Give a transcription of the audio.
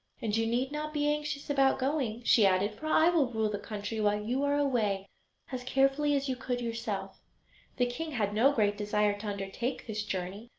and you need not be anxious about going she added, for i will rule the country while you are away as carefully as you could yourself the king had no great desire to undertake this journey,